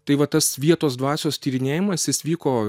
tai va tas vietos dvasios tyrinėjimas jis vyko